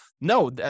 no